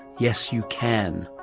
yes you can!